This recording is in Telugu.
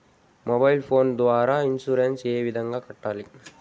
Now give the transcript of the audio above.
మొబైల్ ఫోను ద్వారా ఇన్సూరెన్సు ఏ విధంగా కట్టాలి